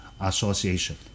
association